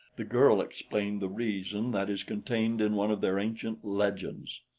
the girl explained the reason that is contained in one of their ancient legends.